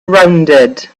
rounded